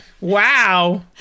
Wow